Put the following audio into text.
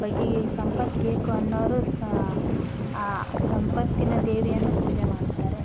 ಬಗ್ಗೆಯೇ ಸಂಪತ್ತು ಬೇಕು ಅನ್ನೋರು ಸ ಸಂಪತ್ತಿನ ದೇವಿಯನ್ನು ಪೂಜೆ ಮಾಡುತ್ತಾರೆ